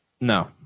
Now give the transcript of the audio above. No